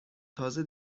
تازه